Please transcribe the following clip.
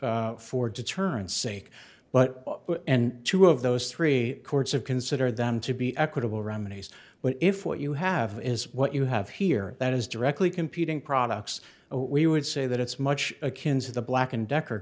just for deterrence sake but and two of those three courts have considered them to be equitable remedies but if what you have is what you have here that is directly competing products we would say that it's much akin to the black and decker